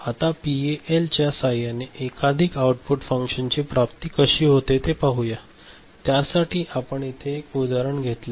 आता पीएएल च्या सहाय्याने एकाधिक आउटपुट फंक्शनची प्राप्ती कशी होते ते पाहूया त्यासाठी आपण येथे एक उदाहरण घेतले आहे